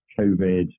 covid